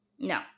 No